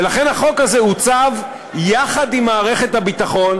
ולכן החוק הזה עוצב יחד עם מערכת הביטחון,